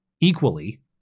equally